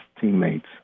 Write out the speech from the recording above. teammates